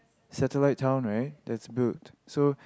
satellite town right that's built so